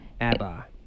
Abba